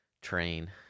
train